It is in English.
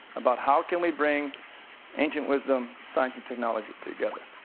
about how can we bring ancient wisdom, science, and technology together.